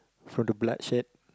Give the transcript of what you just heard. for the bloodshed